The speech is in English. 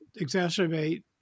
exacerbate